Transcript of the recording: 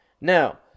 Now